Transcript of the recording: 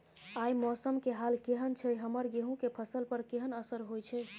आय मौसम के हाल केहन छै हमर गेहूं के फसल पर केहन असर होय छै?